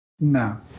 no